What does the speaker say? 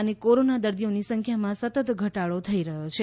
અને કોરોના દર્દીઓની સંખ્યામાં સતત ઘટાડો થઈ રહ્યો છે